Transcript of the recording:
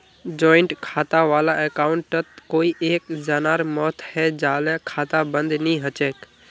joint खाता वाला अकाउंटत कोई एक जनार मौत हैं जाले खाता बंद नी हछेक